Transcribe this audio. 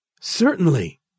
Certainly